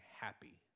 happy